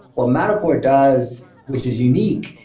what matterport does, which is unique,